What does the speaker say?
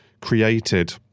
created